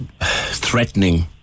threatening